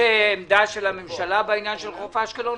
יש עמדה של הממשלה בעניין של חוף אשקלון?